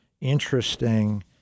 interesting